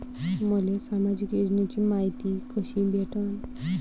मले सामाजिक योजनेची मायती कशी भेटन?